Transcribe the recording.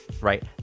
right